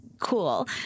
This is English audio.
Cool